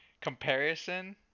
comparison